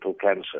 cancer